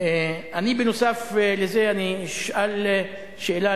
אני, בנוסף לזה, אשאל שאלה.